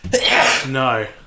No